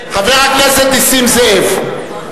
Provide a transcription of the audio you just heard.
חבר הכנסת נסים זאב.